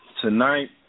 Tonight